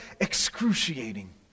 excruciating